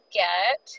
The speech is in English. get